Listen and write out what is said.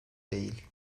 değil